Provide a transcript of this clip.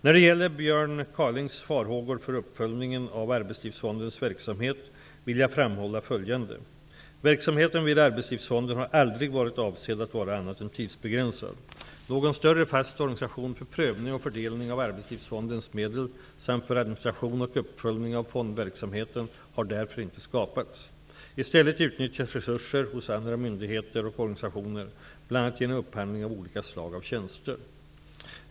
När det gäller Björn Kaalings farhågor för uppföljningen av Arbetslivsfondens verksamhet vill jag framhålla följande. Verksamheten vid Arbetslivsfonden har aldrig varit avsedd att vara annat än tidsbegränsad. Någon större fast organisation för prövning och fördelning av Arbetslivsfondens medel samt för administration och uppföljning av fondverksamheten har därför inte skapats. I stället utnyttjas resurser hos andra myndigheter och organisationer bl.a. genom upphandling av olika slag av tjänster.